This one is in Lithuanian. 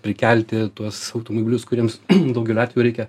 prikelti tuos automobilius kuriems daugeliu atveju reikia